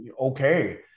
okay